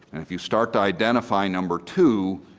and if you start to identify number two